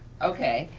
okay.